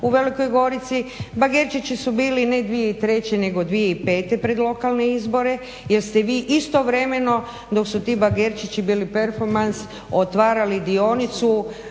u Velikoj Gorici. Bagerčići su bili ne 2003. nego 2005. pred lokalne izbore jer ste vi istovremeno dok su ti bagerčići bili performans otvarali dionicu